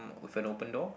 with an open door